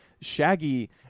Shaggy